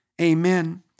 Amen